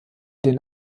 den